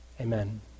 Amen